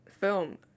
film